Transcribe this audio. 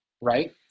Right